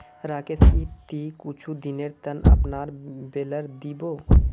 राकेश की ती कुछू दिनेर त न अपनार बेलर दी बो